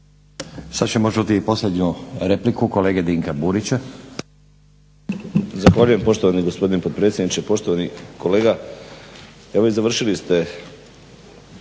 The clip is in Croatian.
Sad ćemo čuti i posljednju repliku kolege Dinka Burića.